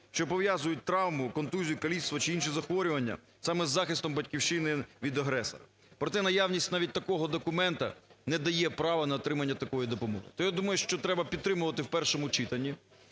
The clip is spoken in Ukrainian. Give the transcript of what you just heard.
що пов'язують травму, контузію, каліцтво чи інші захворювання саме з захистом Батьківщини від агресора. Проте наявність навіть такого документу не дає права на отримання такої допомоги. То я думаю, що треба підтримувати в першому читанні.